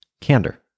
Candor